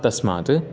तस्मात्